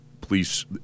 police